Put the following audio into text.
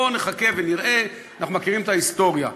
בואו נחכה ונראה, אנחנו מכירים את ההיסטוריה.